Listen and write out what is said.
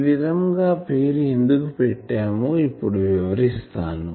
ఈ విధంగా పేరు ఎందుకు పెట్టామో ఇప్పుడు వివరిస్తాను